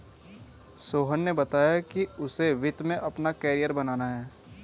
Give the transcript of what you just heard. सोहन ने बताया कि उसे वित्त में अपना कैरियर बनाना है